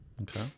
Okay